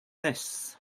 this